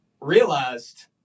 realized